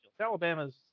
Alabama's